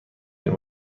این